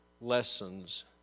lessons